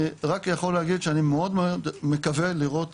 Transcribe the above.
אני רק יכול להגיד שאני מאוד מקווה לראות